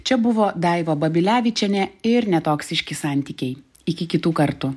čia buvo daiva babilevičienė ir netoksiški santykiai iki kitų kartų